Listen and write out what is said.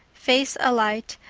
face alight,